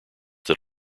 that